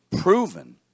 proven